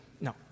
No